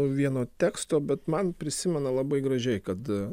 vieno teksto bet man prisimena labai gražiai kad